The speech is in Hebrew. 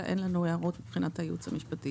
אין לנו הערות מבחינת הייעוץ המשפטי.